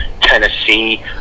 Tennessee